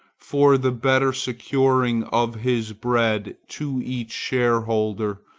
for the better securing of his bread to each shareholder,